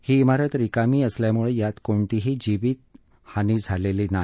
ही इमारत रिकामी असल्यामुळे यात कोणतीही जीवित हानी झालेली नाही